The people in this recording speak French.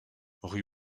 rue